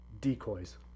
decoys